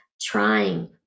trying